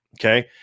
Okay